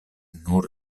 nur